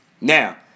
Now